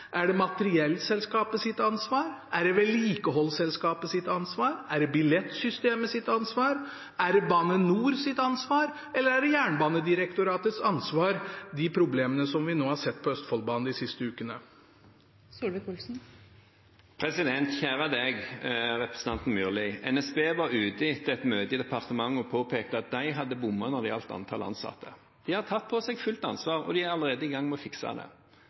det er materiellselskapets ansvar, om det er vedlikeholdsselskapets ansvar, om det er billettselskapets ansvar, om det er Bane NORs ansvar, eller om det er Jernbanedirektoratets ansvar. Kjære deg, representanten Myrli: NSB var ute etter et møte i departementet og påpekte at de hadde bommet når det gjaldt antallet ansatte. De har tatt på seg fullt ansvar, og de er allerede i gang med å fikse